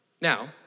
Now